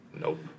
Nope